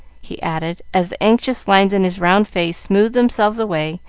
he added, as the anxious lines in his round face smoothed themselves away,